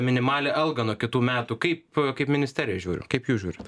minimalią algą nuo kitų metų kaip kaip ministerija žiūri kaip jūs žiūrit